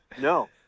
No